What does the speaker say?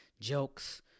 jokes